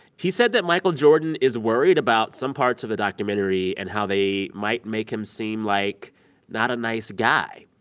he said that michael jordan is worried about some parts of the documentary and how they might make him seem like not a nice guy.